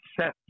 set